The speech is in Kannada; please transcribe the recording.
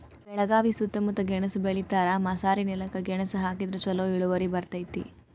ಬೆಳಗಾವಿ ಸೂತ್ತಮುತ್ತ ಗೆಣಸ್ ಬೆಳಿತಾರ, ಮಸಾರಿನೆಲಕ್ಕ ಗೆಣಸ ಹಾಕಿದ್ರ ಛಲೋ ಇಳುವರಿ ಬರ್ತೈತಿ